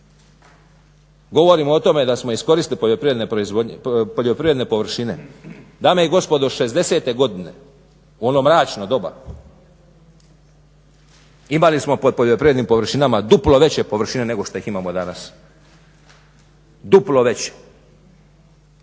Govorimo o tome da smo iskoristili poljoprivredne površine, dame i gospodo 60.-te godine u ono mračno doba imali smo pod poljoprivrednim površinama duplo veće površine nego što ih imamo danas, duplo veće.